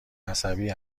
عصبی